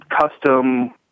custom